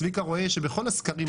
צביקה רואה שבכל הסקרים,